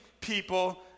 people